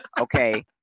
Okay